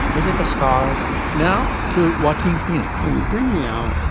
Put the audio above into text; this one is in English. is it the scars now to walking phoenix would you bring me out.